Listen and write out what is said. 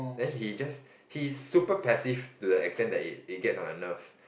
then he just he is super passive to the extend it it gets on the nerves